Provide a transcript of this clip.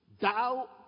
thou